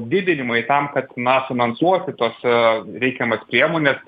didinimai tam kad na finansuoti tas reikiamas priemones